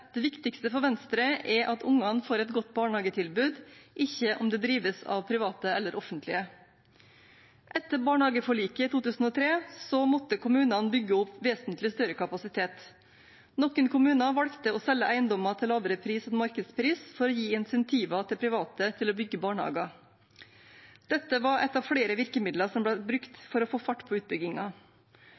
Det viktigste for Venstre er at ungene får et godt barnehagetilbud, ikke om det drives av private eller offentlige. Etter barnehageforliket i 2003 måtte kommunene bygge opp vesentlig større kapasitet. Noen kommuner valgte å selge eiendommer til lavere pris enn markedspris for å gi insentiver til private til å bygge barnehager. Dette var ett av flere virkemidler som ble brukt for å få fart på